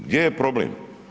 Gdje je problem?